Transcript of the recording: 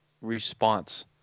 response